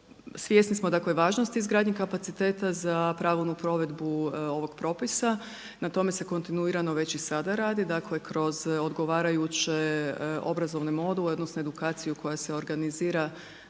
Svjesni smo dakle važnosti izgradnje kapaciteta za pravilnu provedbu ovog propisa. Na tome se kontinuirano već i sada radi, dakle kroz odgovarajuće obrazovne module, odnosno edukaciju koja se organizira